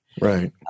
Right